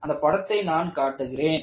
அந்த படத்தை நான் காட்டுகிறேன்